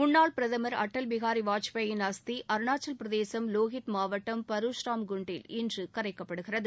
முன்னாள் பிரதமர் அட்டல் பிகாரி வாஜ்பாயின் அஸ்தி அருணாச்சலப்பிரதேசம் லோகித் மாவட்டம் பரூஷ்ராம் குண்ட் ல் இன்று கரைக்கப்படுகிறது